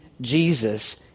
Jesus